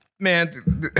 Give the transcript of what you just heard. Man